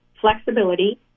flexibility